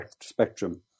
spectrum